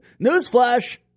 Newsflash